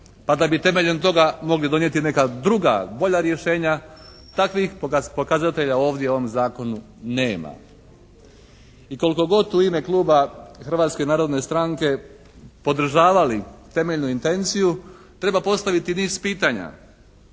pa da bi temeljem toga mogli donijeti neka druga bolja rješenja takvih pokazatelja ovdje, u ovom zakonu nema. I koliko god u ime Kluba Hrvatske narodne stranke podržavali temeljnu intenciju treba postaviti niz pitanja.